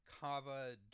Kava